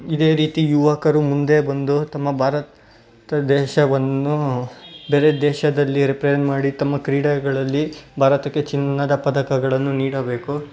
ಇದೇ ರೀತಿ ಯುವಕರು ಮುಂದೆ ಬಂದು ತಮ್ಮ ಭಾರತ ದೇಶವನ್ನು ಬೇರೆ ದೇಶದಲ್ಲಿ ರೆಪ್ರೆಸೆಂಟ್ ಮಾಡಿ ತಮ್ಮ ಕ್ರೀಡೆಗಳಲ್ಲಿ ಭಾರತಕ್ಕೆ ಚಿನ್ನದ ಪದಕಗಳನ್ನು ನೀಡಬೇಕು